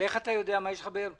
אבל איך אתה יודע מה יש לך ב-2021?